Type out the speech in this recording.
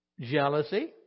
jealousy